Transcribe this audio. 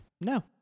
no